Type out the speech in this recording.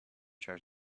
charge